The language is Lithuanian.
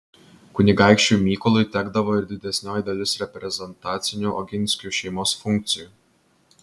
kunigaikščiui mykolui tekdavo ir didesnioji dalis reprezentacinių oginskių šeimos funkcijų